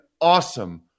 awesome